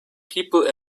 people